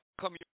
come